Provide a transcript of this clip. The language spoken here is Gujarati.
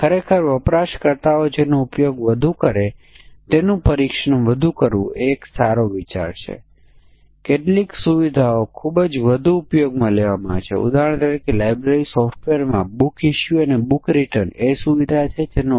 તેથી આપણે હમણાં જ રજૂ કર્યું છે કે ત્યાં બે સીમાઓ x અને y છે x ની a અને b વચ્ચે બાઉન્ડ્રી હોય છે અને y ની c અને d ની સરહદ હોય છે અને તેથી આપણને 2n4 એટ્લે કે 9 ટેસ્ટ કેસની જરૂર છે છે તેથી 48 વત્તા 1 9